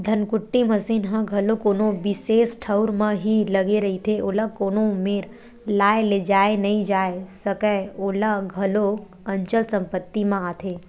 धनकुट्टी मसीन ह घलो कोनो बिसेस ठउर म ही लगे रहिथे, ओला कोनो मेर लाय लेजाय नइ जाय सकय ओहा घलोक अंचल संपत्ति म आथे